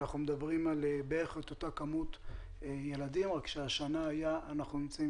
אנחנו מדברים על בערך אותו מספר ילדים אלא שהשנה אנחנו נמצאים